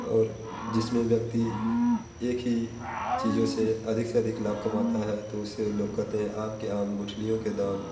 और जिसमें व्यक्ति एक ही चीज़ों से अधिक से अधिक लाभ कमाता है तो उसे लोग कहते हैं आम के आम गुठलियों के दाम